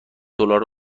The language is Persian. دلار